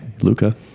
Luca